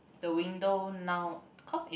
the window now cause it